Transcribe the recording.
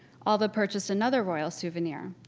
alva purchased another royal souvenir,